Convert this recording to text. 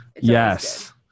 Yes